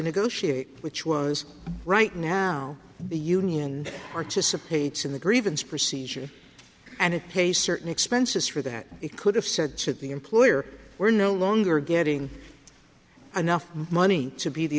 negotiate which was right now the union participates in the grievance procedure and it pay certain expenses for that it could have said that the employer were no longer getting enough money to be the